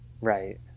Right